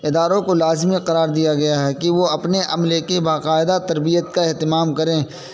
اداروں کو لازمی قرار دیا گیا ہے کہ وہ اپنے عملے کے باقاعدہ تربیت کا اہتمام کریں